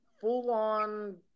full-on